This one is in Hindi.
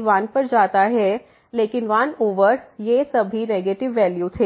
1 पर जा रहा है लेकिन 1 ओवर और ये सभी नेगेटिव वैल्यू थे